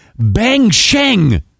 Bangsheng